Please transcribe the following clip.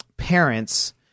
parents